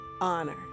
honor